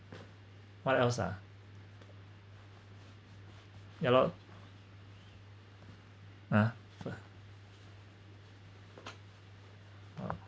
what else ah ya loh ah uh